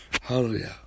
Hallelujah